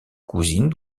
cousine